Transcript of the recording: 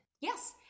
Yes